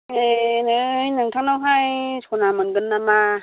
ए नै नोंथांनाव सना मोनगोन नामा